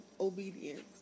obedience